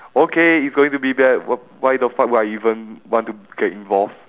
okay it's going to be bad w~ why the fuck would I even want to get involve